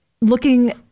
Looking